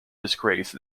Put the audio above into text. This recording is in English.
disgrace